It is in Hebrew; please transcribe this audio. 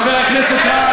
חבר הכנסת רז,